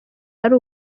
ari